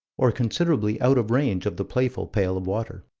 or considerably out of range of the playful pail of water.